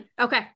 Okay